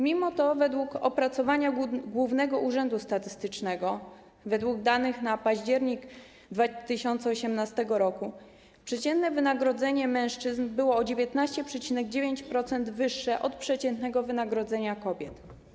Mimo to według opracowania Głównego Urzędu Statystycznego, zgodnie z danymi z października 2018 r., przeciętne wynagrodzenie mężczyzn było o 19,9% wyższe od przeciętnego wynagrodzenia kobiet.